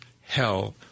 hell